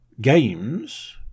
games